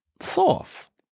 soft